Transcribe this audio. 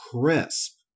crisp